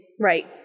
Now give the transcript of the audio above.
Right